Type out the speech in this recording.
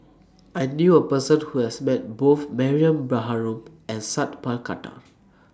I knew A Person Who has Met Both Mariam Baharom and Sat Pal Khattar